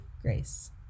grace